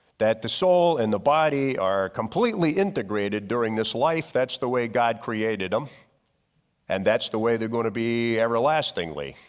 that the soul and the body are completely integrated during this life that's the way god created them and that's the way they're gonna be everlastingly.